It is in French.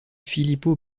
filippo